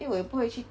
因为我也不会去